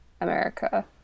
america